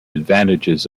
advantages